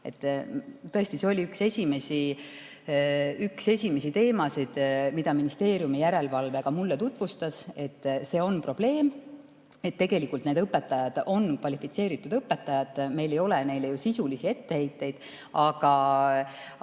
Tõesti, see oli üks esimesi teemasid, mida ministeeriumi järelevalve ka mulle tutvustas, et see on probleem. Tegelikult need õpetajad on kvalifitseeritud, meil ei ole neile ju sisulisi etteheiteid, aga